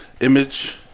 image